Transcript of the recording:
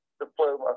diploma